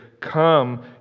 Come